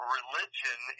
religion